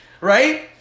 right